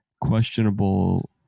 questionable